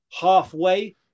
halfway